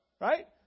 right